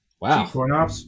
Wow